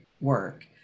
work